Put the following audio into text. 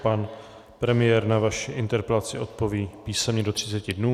Pan premiér na vaši interpelaci odpoví písemně do třiceti dnů.